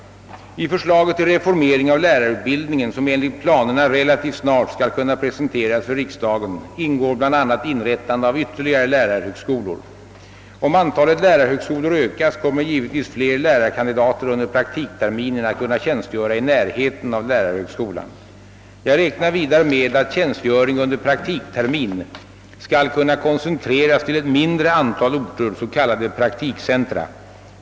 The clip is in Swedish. I förslaget till reformering av lärarutbildningen, som enligt planerna relativt snart skall kunna presenteras för riksdagen, ingår bl.a. inrättande av ytterligare lärarhögskolor. Om antalet lärarhögskolor ökas kommer givetvis fler lärarkandidater under praktikterminen att kunna tjänstgöra i närheten av lärarhögskolan. Jag räknar vidare med att tjänstgöring under praktiktermin skall kunna koncentreras till ett mindre antal orter, s.k. praktikcentra.